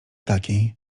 takiej